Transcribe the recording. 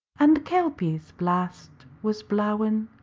and kelpie's blast was blawin',